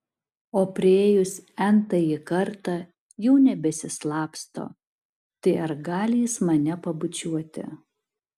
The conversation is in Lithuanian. o priėjus n tąjį kartą jau nebesislapsto tai ar gali jis mane pabučiuoti